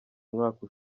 umwaka